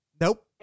Nope